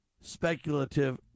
speculative